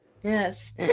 Yes